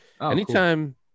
anytime